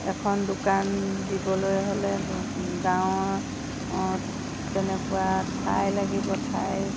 এখন দোকান দিবলৈ হ'লে গাঁৱত তেনেকুৱা ঠাই লাগিব ঠাই